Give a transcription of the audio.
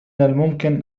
الممكن